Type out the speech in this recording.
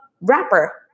rapper